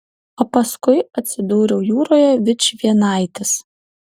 o paskui atsidūriau jūroje vičvienaitis